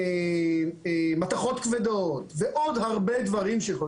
מתכות כבדות ועוד הרבה דברים,